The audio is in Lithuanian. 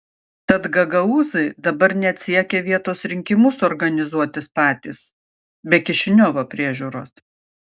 tad gagaūzai dabar net siekia vietos rinkimus organizuotis patys be kišiniovo priežiūros